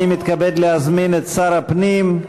אני מתכבד להזמין את שר הפנים,